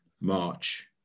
march